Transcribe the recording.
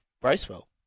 Bracewell